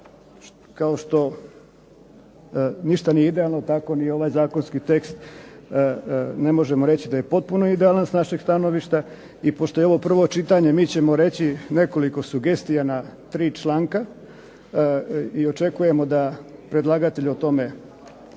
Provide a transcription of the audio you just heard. kao što ništa nije idealno, tako ni ovaj zakonski tekst ne možemo reći da je potpuno idealan s našeg stanovišta, i pošto je ovo prvo čitanje mi ćemo reći nekoliko sugestija na tri članka i očekujemo da predlagatelj o tome